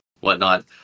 whatnot